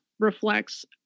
reflects